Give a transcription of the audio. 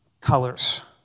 colors